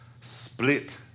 split